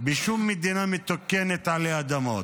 בשום מדינה מתוקנת עלי אדמות.